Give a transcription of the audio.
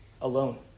alone